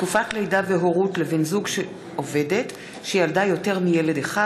תקופת לידה והורות לבן-זוג של עובדת שילדה יותר מילד אחד),